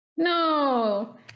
No